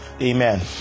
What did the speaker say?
Amen